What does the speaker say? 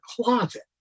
closet